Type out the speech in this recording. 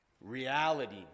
reality